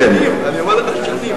כך,